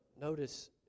notice